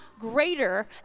greater